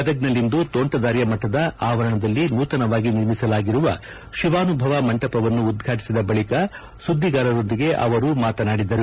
ಗದಗ್ನಲ್ಲಿಂದು ತೋಟಂದಾರ್ಯ ಮಠದ ಆವರಣದಲ್ಲಿ ನೂತನವಾಗಿ ನಿರ್ಮಿಸಲಾಗಿರುವ ಶಿವಾನುಭವ ಮಂಟಪವನ್ನು ಉದ್ಘಾಟಿಸಿದ ಬಳಿಕ ಸುದ್ವಿಗಾರರೊಂದಿಗೆ ಅವರು ಮಾತನಾಡಿದರು